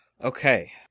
Okay